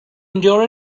endure